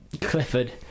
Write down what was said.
Clifford